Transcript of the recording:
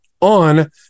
on